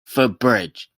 footbridge